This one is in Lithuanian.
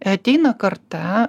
ateina karta